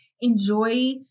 enjoy